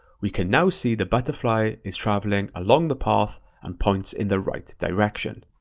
we can now see the butterfly is traveling along the path and points in the right direction.